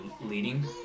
leading